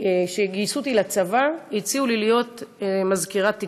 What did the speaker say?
כשגייסו אותי לצבא, הציעו לי להיות מזכירת תקשוב.